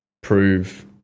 prove